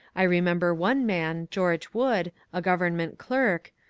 i remember one man, george wood, a government clerk,